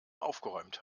aufgeräumt